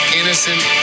innocent